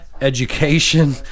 education